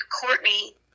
Courtney